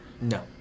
No